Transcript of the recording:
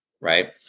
Right